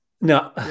No